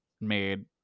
made